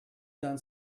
done